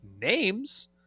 names